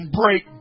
break